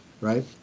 right